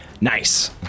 Nice